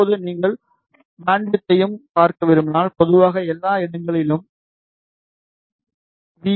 இப்போது நீங்கள் பேண்ட்விட்த்தையும் பார்க்க விரும்பினால் பொதுவாக எல்லா இடங்களிலும் வி